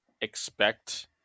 expect